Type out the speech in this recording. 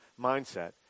mindset